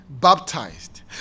baptized